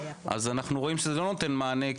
אנחנו רואים שזה לא נותן מענה,